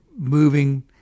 moving